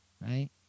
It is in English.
Right